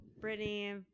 Brittany